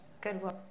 Good